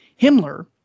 Himmler